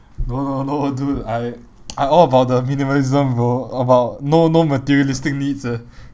no no no dude I I all about the minimalism bro about no no materialistic needs eh